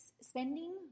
spending